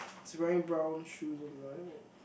he's wearing brown shoes on mine wait